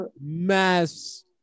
Mass